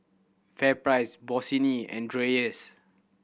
FairPrice Bossini and Dreyers